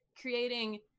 creating